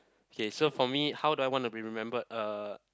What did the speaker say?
okay so for me how do I want to be remembered uh